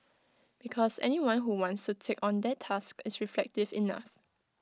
because anyone who wants to take on that task is reflective enough